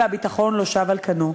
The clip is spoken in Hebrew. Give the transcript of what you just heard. והביטחון לא שב על כנו,